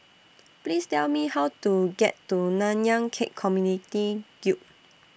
Please Tell Me How to get to Nanyang Khek Community Guild